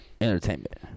entertainment